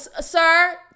sir